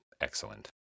excellent